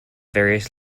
various